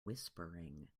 whispering